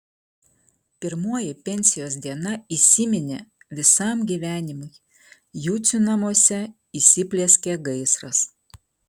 pirmoji pensijos diena įsiminė visam gyvenimui jucių namuose įsiplieskė gaisras